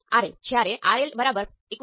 અને તમે I2 અને V1 બંનેને માપો છો